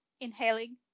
inhaling